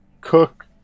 Cook